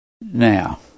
Now